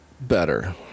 better